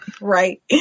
Right